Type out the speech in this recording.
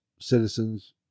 citizens